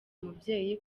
mubyeyi